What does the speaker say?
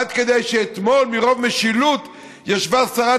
עד כדי שאתמול מרוב משילות ישבו שרת